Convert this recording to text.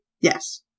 Yes